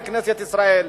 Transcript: לכנסת ישראל,